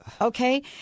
Okay